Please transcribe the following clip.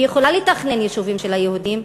היא יכולה לתכנן יישובים של היהודים,